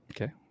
Okay